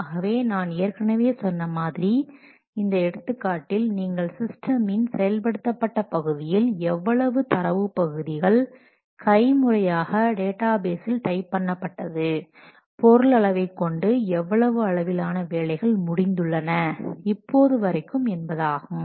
ஆகவே நான் ஏற்கனவே சொன்ன மாதிரி இந்த எடுத்துக்காட்டில் நீங்கள் சிஸ்டமின் செயல்படுத்தப்பட்ட பகுதியில் எவ்வளவு தரவு பகுதிகள் கை முறையாக டேட்டாபேஸில் டைப் பண்ணபட்டது பொருள் அளவை கொண்டு எவ்வளவு அளவிலான வேலைகள் முடிந்துள்ளன இப்போது வரைக்கும் என்பதாகும்